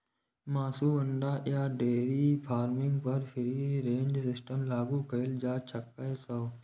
मासु, अंडा आ डेयरी फार्मिंग पर फ्री रेंज सिस्टम लागू कैल जा सकै छै